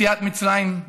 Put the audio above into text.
יציאת מצרים,